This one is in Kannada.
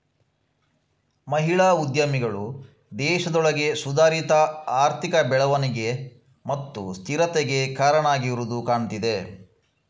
ಮಹಿಳಾ ಉದ್ಯಮಿಗಳು ದೇಶದೊಳಗೆ ಸುಧಾರಿತ ಆರ್ಥಿಕ ಬೆಳವಣಿಗೆ ಮತ್ತು ಸ್ಥಿರತೆಗೆ ಕಾರಣ ಆಗಿರುದು ಕಾಣ್ತಿದೆ